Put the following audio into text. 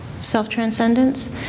self-transcendence